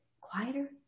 quieter